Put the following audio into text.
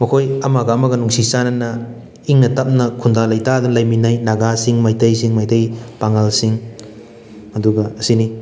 ꯃꯈꯣꯏ ꯑꯃꯒ ꯑꯃꯒ ꯅꯨꯡꯁꯤ ꯆꯅꯅ ꯏꯪꯅ ꯇꯞꯅ ꯈꯨꯟꯗ ꯂꯩꯇꯅ ꯂꯩꯃꯤꯟꯅꯩ ꯅꯒꯥꯁꯤꯡ ꯃꯩꯇꯩꯁꯤꯡ ꯃꯩꯇꯩ ꯄꯥꯉꯜꯁꯤꯡ ꯑꯗꯨꯒ ꯑꯁꯤꯅꯤ